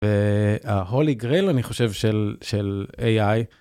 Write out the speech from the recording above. וה holly grail אני חושב של AI